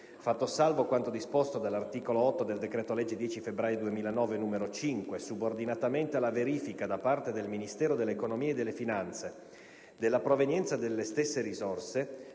fatto salvo quanto disposto dall'articolo 8 del decreto-legge 10 febbraio 2009, n. 5, subordinatamente alla verifica, da parte del Ministero dell'economia e delle finanze, della provenienza delle stesse risorse,